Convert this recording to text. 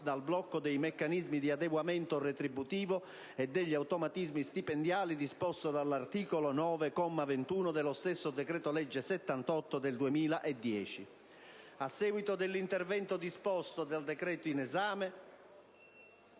dal blocco dei meccanismi di adeguamento retributivo e degli automatismi stipendiali, disposto dall'articolo 9, comma 21, dello stesso decreto-legge n. 78 del 2010. A seguito dell'intervento disposto dal decreto in esame,